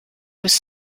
was